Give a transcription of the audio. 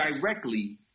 directly